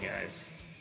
guys